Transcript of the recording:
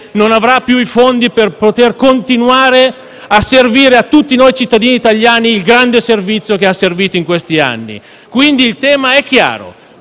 non avrà più i fondi per poter continuare ad offrire a tutti noi cittadini italiani il grande servizio che ha offerto in questi anni. Il tema è chiaro: